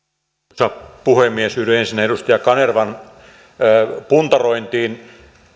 arvoisa puhemies yhdyn ensin edustaja kanervan puntarointiin